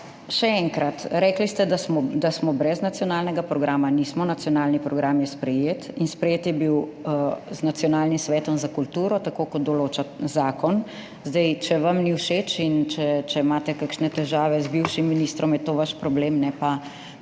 Še enkrat, rekli ste, da smo brez nacionalnega programa. Nismo. Nacionalni program je sprejet in sprejet je bil z Nacionalnim svetom za kulturo, tako kot določa zakon. Če vam ni všeč in če imate kakšne težave z bivšim ministrom, je to vaš problem, ne pa